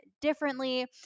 differently